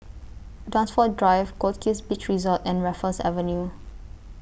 Dunsfold Drive Goldkist Beach Resort and Raffles Avenue